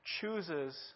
chooses